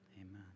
amen